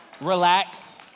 Relax